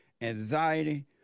anxiety